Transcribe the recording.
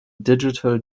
digital